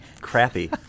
crappy